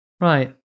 Right